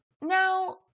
now